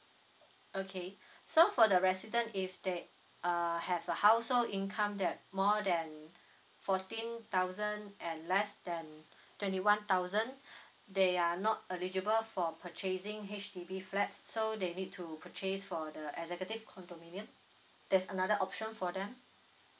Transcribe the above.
okay so for the resident if they uh have a household income that more than fourteen thousand and less than twenty one thousand they are not eligible for purchasing H_D_B flats so they need to purchase for the executive condominium there's another option for them